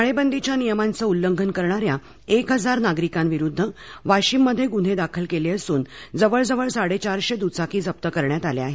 टाळेबदीच्या नियमांचं उल्लंघन करणाऱ्या एक हजार नागरिकांविरूद्ध वाशीममध्ये गुन्हे दाखल केले असून जवळ जवळ साडे चारशे दुचाकी जप्त करण्यात आल्या आहेत